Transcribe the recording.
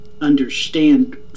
understand